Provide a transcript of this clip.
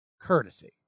courtesy